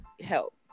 help